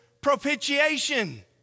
propitiation